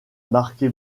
marqué